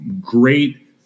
great